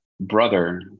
brother